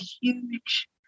huge